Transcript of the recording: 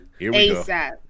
ASAP